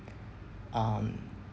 um